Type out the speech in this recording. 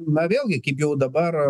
na vėlgi kaip jau dabar